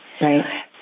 right